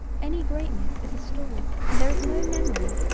any greatness is a stall and there is no memory,